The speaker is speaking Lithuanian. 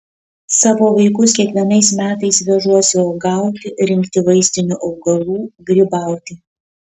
savo vaikus kiekvienais metais vežuosi uogauti rinkti vaistinių augalų grybauti